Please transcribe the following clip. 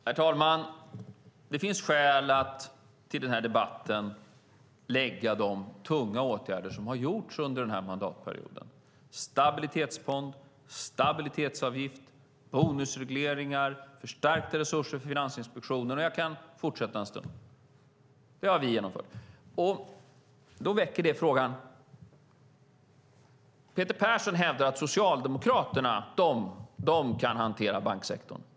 Herr talman! Det finns skäl att till den här debatten lägga de tunga åtgärder som har vidtagits under mandatperioden: stabilitetsfond, stabilitetsavgift, bonusregleringar, förstärkta resurser till Finansinspektionen - jag kan fortsätta en stund. Det har vi genomfört. Peter Persson hävdar att Socialdemokraterna minsann kan hantera banksektorn.